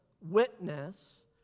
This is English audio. witness